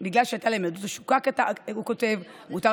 הוא כותב: בגלל שהייתה להם ילדות עשוקה,